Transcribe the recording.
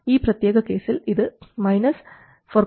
ഈ പ്രത്യേക കേസിൽ ഇത് 4